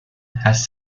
has